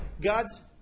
God's